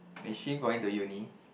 is she going to uni